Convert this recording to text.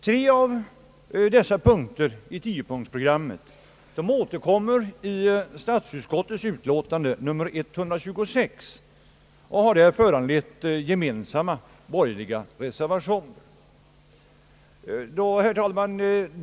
Tre av punkterna i detta tiopunktsprogram återkommer i statsutskottets utlåtande nr 126 och har där föranlett gemensamma borgerliga reservationer. Herr talman!